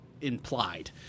implied